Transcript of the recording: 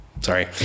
Sorry